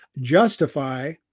justify